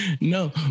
No